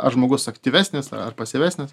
ar žmogus aktyvesnis ar pasyvesnis